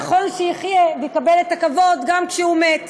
נכון שיחיה ויקבל את הכבוד גם כשהוא מת.